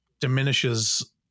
diminishes